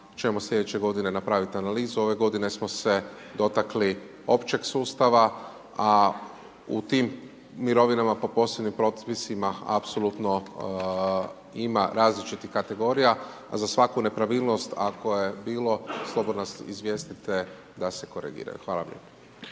ćemo sljedeće g. napraviti analizu, ove g. smo se dotakli općeg sustava, a u tim mirovinama, po posebnim propisima, apsolutno ima različitih kategorija, a za svaku nepravilnost, ako je bilo, slobodno izvjestite da se korigiraju. Hvala vam